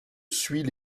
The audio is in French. suit